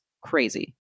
crazy